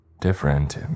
different